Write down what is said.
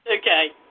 okay